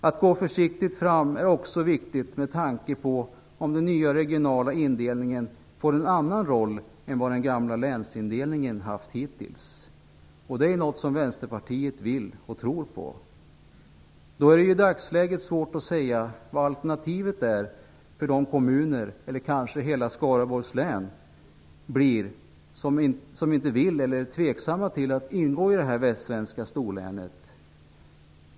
Att gå försiktigt fram är också viktigt med tanke på att den regionala indelning kan få en annan roll än vad den gamla länsindelningen hittills haft. Det är något som Vänsterpartiet vill och tror på. Det är i dagsläget svårt att säga vad alternativet är för de kommuner, eller kanske hela Skaraborgs län, som inte vill ingå i eller är tveksamma till att ingå i ett västsvenskt storlän.